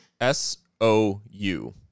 S-O-U